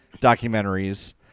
documentaries